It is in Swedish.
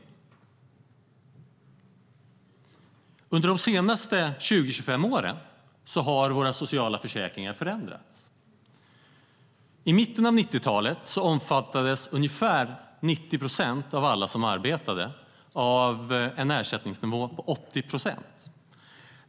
Under de senaste 20-25 åren har våra sociala försäkringar förändrats. I mitten av 1990-talet omfattades ungefär 90 procent av alla som arbetade av en ersättningsnivå på 80 procent.